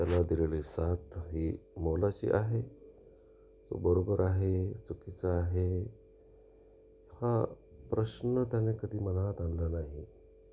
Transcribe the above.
त्याला दिलेली साथ ही मोलाची आहे तो बरोबर आहे चुकीचा आहे हा प्रश्न त्याने कधी मनात आणला नाही